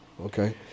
Okay